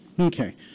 Okay